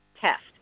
test